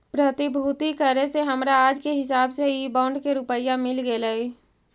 प्रतिभूति करे से हमरा आज के हिसाब से इ बॉन्ड के रुपया मिल गेलइ